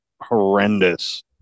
horrendous